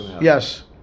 Yes